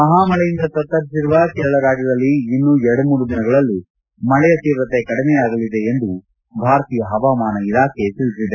ಮಹಾಮಳೆಯಿಂದ ತತ್ತರಿಸಿರುವ ಕೇರಳ ರಾಜ್ಯದಲ್ಲಿ ಇನ್ನು ಎರಡು ಮೂರು ದಿನಗಳಲ್ಲಿ ಮಳೆಯ ತೀವ್ರತೆ ಕಡಿಮೆಯಾಗಲಿದೆ ಎಂದು ಭಾರತೀಯ ಹವಾಮಾನ ಇಲಾಖೆ ತಿಳಿಸಿದೆ